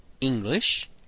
English